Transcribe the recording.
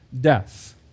death